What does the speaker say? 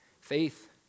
Faith